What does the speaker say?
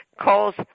calls